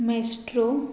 maestro